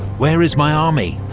where is my army?